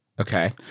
Okay